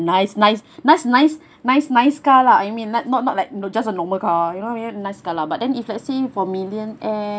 nice nice nice nice nice nice car lah I mean like not not like know just a normal car you know nice car lah but then if let's say for millionaire